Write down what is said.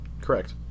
Correct